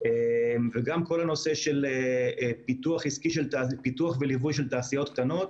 כל נושא פיתוח וליווי תעשיות קטנות,